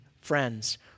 friends